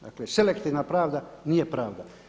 Dakle, selektivna pravda nije pravda.